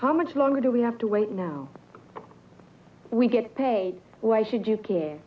how much longer do we have to wait now we get paid why should you care